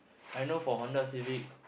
I know for Honda-Civic